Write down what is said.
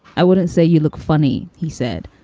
i wouldn't say you look funny, he said.